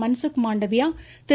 Mansukh Mandaviya Thiru